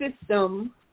system